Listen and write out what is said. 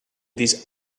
this